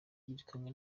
yirukanwe